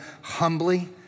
humbly